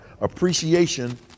appreciation